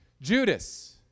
Judas